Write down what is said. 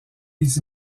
les